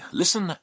listen